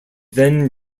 then